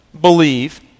believe